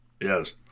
Yes